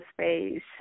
space